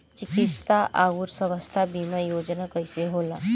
चिकित्सा आऊर स्वास्थ्य बीमा योजना कैसे होला?